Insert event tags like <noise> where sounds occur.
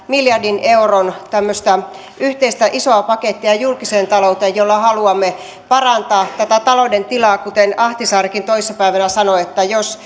miljardin euron yhteistä isoa pakettia julkiseen talouteen jolla haluamme parantaa tätä talouden tilaa kuten ahtisaarikin toissa päivänä sanoi jos <unintelligible>